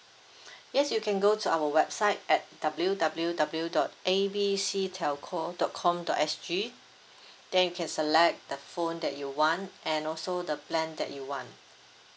yes you can go to our website at W W W dot A B C telco dot com dot S_G then you can select the phone that you want and also the plan that you want